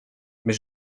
mais